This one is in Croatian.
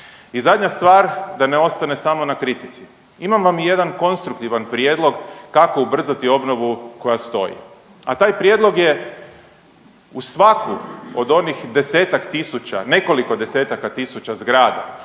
I zadnja stvar da ne ostane samo na kritici. Imam vam jedan konstruktivan prijedlog kako ubrzati obnovu koja stoji, a taj prijedlog je u svaku od onih 10-tak tisuća, nekoliko 10-taka tisuća zgrada,